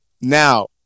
now